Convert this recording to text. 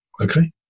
okay